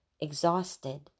exhausted